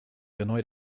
erneut